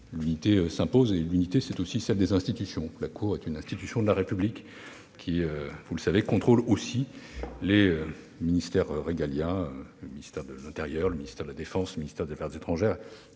l'unité s'impose et elle est aussi celle des institutions. Or la Cour des comptes est une institution de la République, qui, vous le savez, contrôle les ministères régaliens, le ministère de l'intérieur, le ministère de la défense et celui des affaires étrangères.